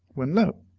when lo!